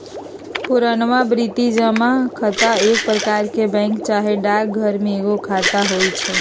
पुरनावृति जमा खता एक प्रकार के बैंक चाहे डाकघर में एगो खता होइ छइ